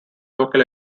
local